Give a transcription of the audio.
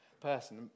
person